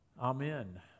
Amen